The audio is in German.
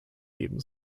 geben